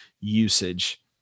usage